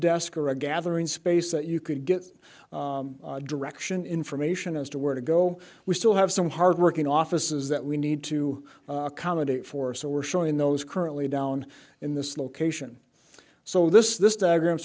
desk or a gathering space that you can get direction information as to where to go we still have some hard working offices that we need to accommodate for so we're showing those currently down in this location so this this diagram